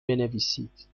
بنویسید